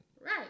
right